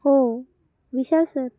हो विशाल सर